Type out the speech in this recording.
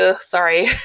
sorry